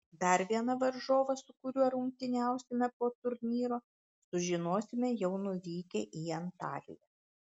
dar vieną varžovą su kuriuo rungtyniausime po turnyro sužinosime jau nuvykę į antaliją